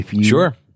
Sure